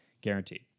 guaranteed